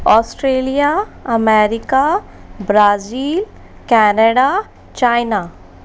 Australia America Brazil Canada China